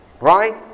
Right